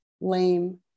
lame